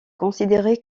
considéré